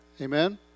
Amen